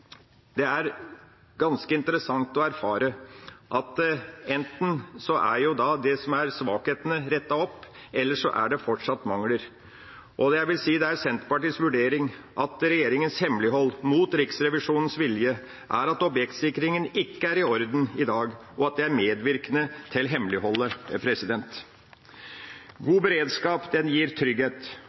det er ganske interessant å erfare at enten så er det som er svakhetene, rettet opp, eller så er det fortsatt mangler. Jeg vil si det er Senterpartiets vurdering at regjeringas hemmelighold er mot Riksrevisjonens vilje, at objektsikringen ikke er i orden i dag, og at det er medvirkende til hemmeligholdet. God beredskap gir trygghet,